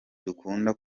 dukunda